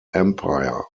empire